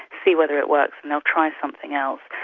see whether it works, and they'll try and something else.